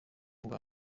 bwa